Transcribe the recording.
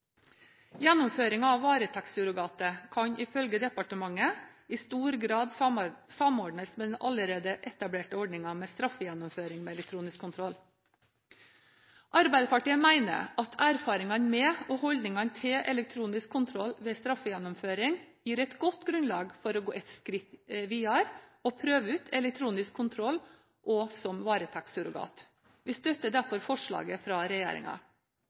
Gjennomføringen av varetektssurrogatet kan ifølge departementet i stor grad samordnes med den allerede etablerte ordningen med straffegjennomføring med elektronisk kontroll. Arbeiderpartiet mener at erfaringene med og holdningene til elektronisk kontroll ved straffegjennomføring gir et godt grunnlag for å gå et skritt videre og prøve ut elektronisk kontroll også som varetektssurrogat. Vi støtter derfor forslaget fra